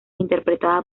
interpretada